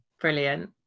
brilliant